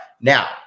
now